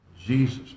Jesus